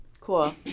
Cool